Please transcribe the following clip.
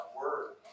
word